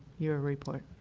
your report?